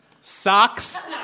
Socks